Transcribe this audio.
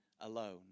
alone